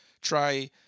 try